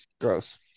Gross